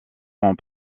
font